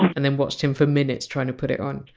and then watched him for minutes trying to put it on.